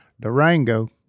Durango